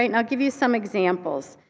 and i'll give you some examples.